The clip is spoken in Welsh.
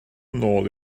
nôl